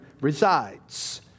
resides